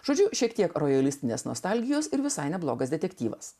žodžiu šiek tiek realistinės nostalgijos ir visai neblogas detektyvas